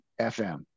FM